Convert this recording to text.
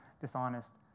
dishonest